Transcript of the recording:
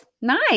Nice